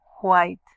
white